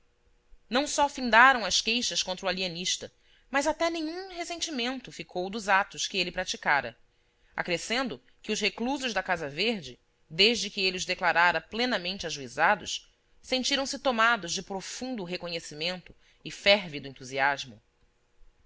não só findaram as queixas contra o alienista mas até nenhum ressentimento ficou dos atos que ele praticara acrescendo que os reclusos da casa verde desde que ele os declarara plenamente ajuizados sentiram-se tomados de profundo reconhecimento e férvido entusiasmo